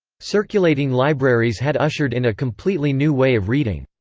circulating libraries had ushered in a completely new way of reading.